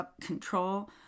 control